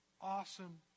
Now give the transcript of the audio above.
awesome